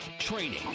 Training